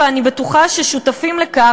ואני בטוחה ששותפים לכך,